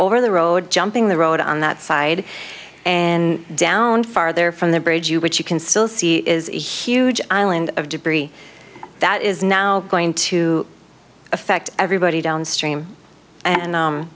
over the road jumping the road on that side and down farther from the bridge which you can still see is a huge island of debris that is now going to affect everybody downstream and